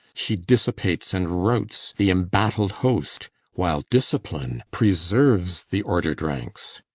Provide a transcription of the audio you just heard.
she dissipates and routs the embattled host while discipline preserves the ordered ranks.